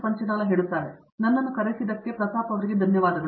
ಪಂಚನಾಲ ನನ್ನನ್ನು ಕರೆಸಿದ್ದಕ್ಕೆ ಪ್ರತಾಪ್ಗೆ ಧನ್ಯವಾದಗಳು